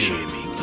Jimmy